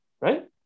Right